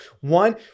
One